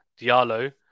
Diallo